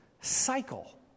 cycle